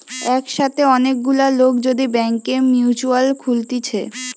একসাথে অনেক গুলা লোক যদি ব্যাংকে মিউচুয়াল খুলতিছে